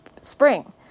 spring